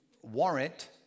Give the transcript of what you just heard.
warrant